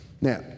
Now